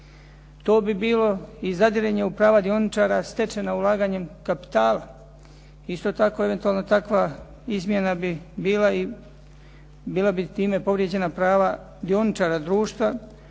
To bi bilo i zadiranje u prava dioničara stečena ulaganjem kapitala. Isto tako eventualna takva izmjena bi bila time povrijeđena prava dioničara društva